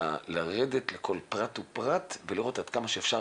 לרדת לכל פרט ופרט ולראות עד כמה שאפשר